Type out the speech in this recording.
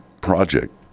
project